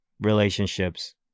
relationships